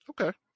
Okay